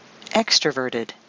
extroverted